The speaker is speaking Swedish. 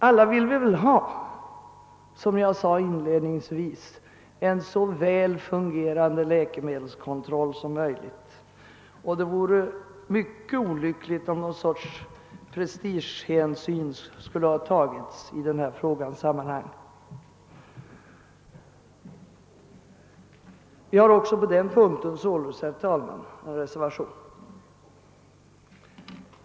Alla vill väl, såsom jag inledningsvis sade, ha en så väl fungerande läkemedelskontroll som möjligt, och det vore mycket olyckligt om något slags prestigehänsyn skulle ha tagits i detta sammanhang. Herr talman! Ledamöterna från moderata samlingspartiet har reserverat sig också på denna punkt.